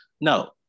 No